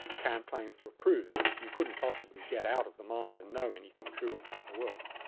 kant claims to approve that you couldn't possibly get out of the mind and know anything true about the world.